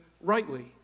rightly